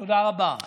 תודה רבה.